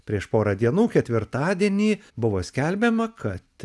prieš porą dienų ketvirtadienį buvo skelbiama kad